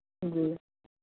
जी